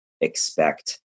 expect